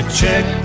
check